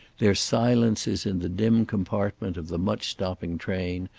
their silences in the dim compartment of the much-stopping train,